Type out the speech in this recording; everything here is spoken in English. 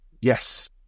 yes